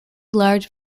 large